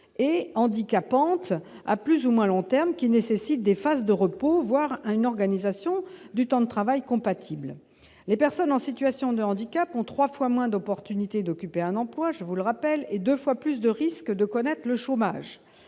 et handicapante à plus ou moins long terme, qui nécessitent des phases de repos, voire à une organisation du temps de travail compatibles les personnes en situation de handicap ont 3 fois moins d'opportunités d'occuper un emploi, je vous le rappelle, est 2 fois plus de risque de connaître le chômage,